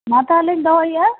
ᱢᱟ ᱛᱟᱦᱚᱞᱤᱧ ᱫᱚᱦᱚ ᱭᱮᱫᱟ